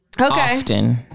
okay